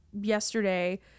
yesterday